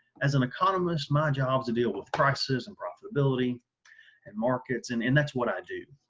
as an economist my job is to deal with prices and profitability and markets and and that's what i do,